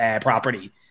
property